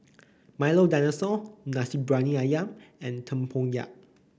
Milo Dinosaur Nasi Briyani ayam and tempoyak